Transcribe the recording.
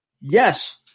Yes